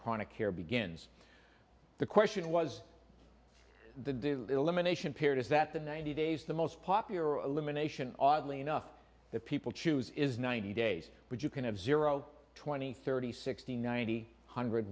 chronic care begins the question was the elimination period is that the ninety days the most popular a lumination oddly enough that people choose is ninety days which you can have zero twenty thirty sixty ninety one hundred